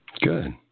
Good